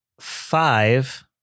five